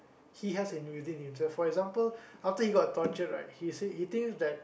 he has in within himself for example after he got tortured right he say he thinks that